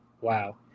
wow